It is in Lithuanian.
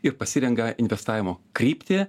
ir pasirenka investavimo kryptį